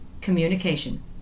communication